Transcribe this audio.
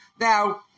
Now